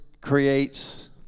creates